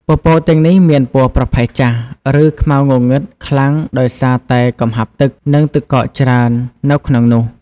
ពពកទាំងនេះមានពណ៌ប្រផេះចាស់ ឬខ្មៅងងឹតខ្លាំងដោយសារតែកំហាប់ទឹក និងទឹកកកច្រើននៅក្នុងនោះ។